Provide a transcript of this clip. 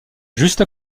juste